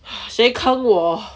谁坑我